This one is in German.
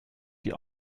die